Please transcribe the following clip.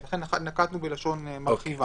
לכן נקטנו בלשון מרחיבה.